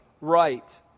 right